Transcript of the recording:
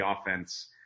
offense